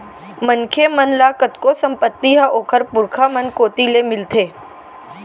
मनखे मन ल कतको संपत्ति ह ओखर पुरखा मन कोती ले मिलथे